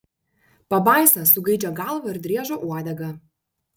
pabaisa su gaidžio galva ir driežo uodega